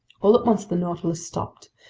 all at once the nautilus stopped.